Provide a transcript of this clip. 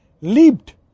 leaped